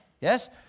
yes